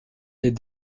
des